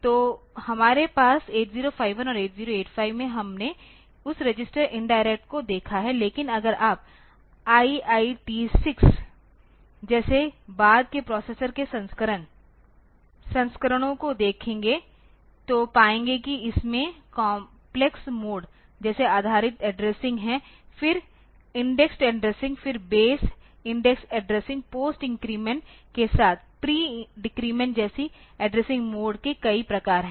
तो हमारे पास 8051 और 8085 में हमने उस रजिस्टर इनडायरेक्ट को देखा है लेकिन अगर आप IIT6 जैसे बाद के प्रोसेसर के संस्करणों को देखेंगे तो पाएंगे कि इसमें काम्प्लेक्स मोड जैसे आधारित एड्रेसिंग हैं फिर इंडेक्स्ड एड्रेसिंग फिर base indexed addressing post increment के साथ प्री डेक्रेमेंट जैसी एड्रेसिंग मोड के कई प्रकार हैं